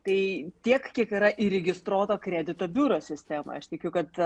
tai tiek kiek yra įregistruota kredito biuro sistemoj aš tikiu kad